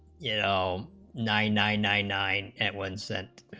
you know nine nine nine nine at one c